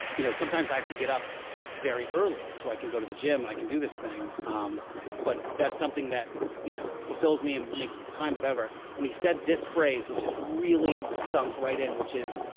you know sometimes i have to get up very early so i can go to the gym and i can do this thing but that's something that you know fulfills me and makes time whatever and he said this phrase which is really sunk right in which is,